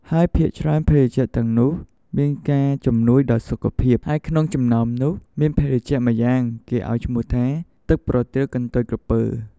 ហើយភាគច្រើនភេសជ្ជៈទាំងនោះ មានការជំនួយដល់សុខភាព ហើយក្នុងចំណោមនោះមានភេសជ្ជៈម្យ៉ាងគេអោយឈ្មោះថា ទឹកប្រទាលកន្ទុយក្រពើ។